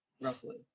roughly